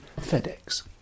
FedEx